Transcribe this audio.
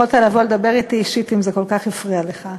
יכולת לבוא ולדבר אתי אישית אם זה כל כך הפריע לך.